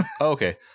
Okay